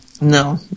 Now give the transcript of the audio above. No